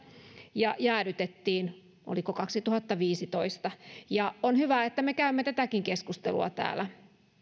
ja jäädytettiin oliko se kaksituhattaviisitoista on hyvä että me käymme tätäkin keskustelua täällä